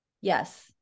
yes